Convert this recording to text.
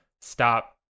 stop